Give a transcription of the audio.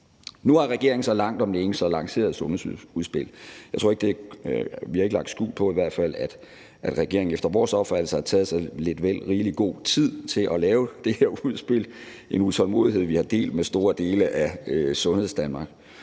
Nu har regeringen så langt om længe lanceret sit sundhedsudspil. Vi har i hvert fald ikke lagt skjul på, at regeringen efter vores opfattelse har taget sig lidt vel rigelig god tid til at lave det her udspil – en utålmodighed, vi har delt med store dele af Sundhedsdanmark